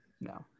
no